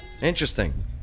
Interesting